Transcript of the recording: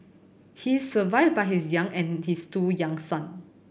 he is survived by his young and his two young son